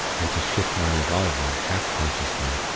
and to shift my revolver, half-consciously,